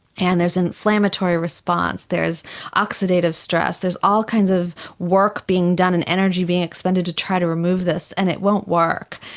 and there's an inflammatory response, there's oxidative stress, there's all kind of work being done and energy being expanded to try to remove this, and it won't work.